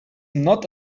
not